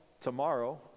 tomorrow